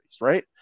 right